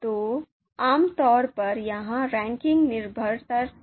तो आमतौर पर यह रैखिक निर्भरता पर आधारित है